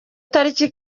tariki